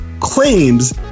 claims